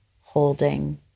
holding